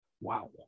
Wow